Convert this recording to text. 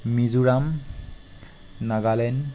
Mizoram Nagaland